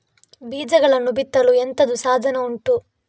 ಬೀಜಗಳನ್ನು ಬಿತ್ತಲು ಎಂತದು ಸಾಧನ ಉಂಟು?